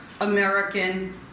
American